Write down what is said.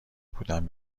بودن